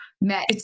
met